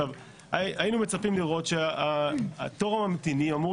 היינו מצפים לראות שתור הממתינים אמור